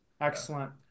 Excellent